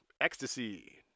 ecstasy